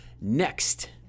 next